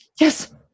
yes